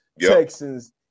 Texans